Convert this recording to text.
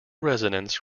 residents